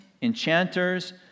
enchanters